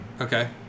Okay